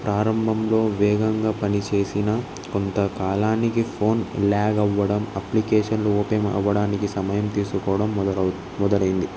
ప్రారంభంలో వేగంగా పనిచేసిన కొంత కాలానికి ఫోన్ ల్యాగ్ అవ్వడం అప్లికేషన్లు ఓపెన్ అవ్వడానికి సమయం తీసుకోవడం మొదలైంది